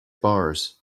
bars